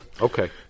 Okay